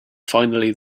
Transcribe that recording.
finally